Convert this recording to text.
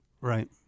right